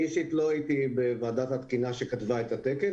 אני אישית לא הייתי בוועדת התקינה שכתבה את התקן,